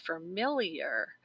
familiar